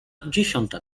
dziesiąta